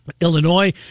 Illinois